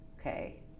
okay